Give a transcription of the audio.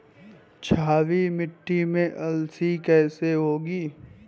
क्षारीय मिट्टी में अलसी कैसे होगी?